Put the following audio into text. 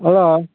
hello